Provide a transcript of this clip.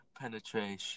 Penetration